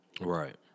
Right